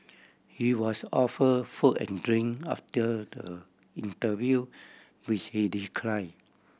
he was offer food and drink after the interview which he decline